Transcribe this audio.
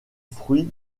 fruit